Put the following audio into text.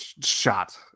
shot